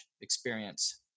experience